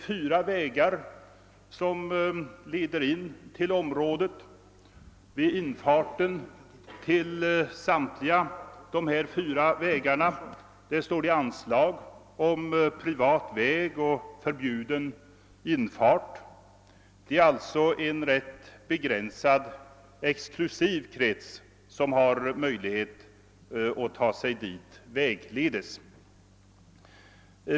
Fyra vägar leder in till området. Vid infarten till samtliga dessa fyra vägar står anslag om »privat väg» och »förbjuden infart». Det är alltså en rätt begränsad exklusiv krets, som har möjlighet att ta sig dit vägledes.